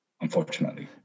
unfortunately